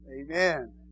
Amen